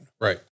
right